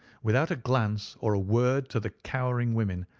without a glance or a word to the cowering women,